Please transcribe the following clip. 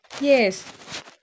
Yes